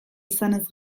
izanez